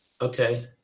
Okay